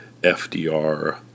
FDR